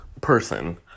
person